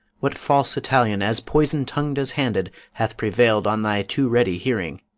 what false italian as poisonous-tongu'd as handed hath prevail'd on thy too ready hearing?